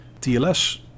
TLS